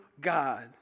God